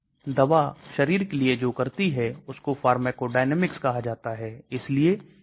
इसलिए यह दवाएं ACE के पास जाती हैं और उनसे वाइंड करती हैं और AT II के गठन को रोकती है